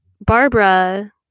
Barbara